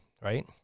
right